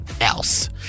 else